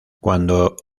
cuando